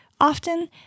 Often